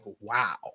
wow